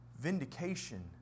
Vindication